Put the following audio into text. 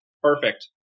Perfect